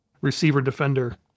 receiver-defender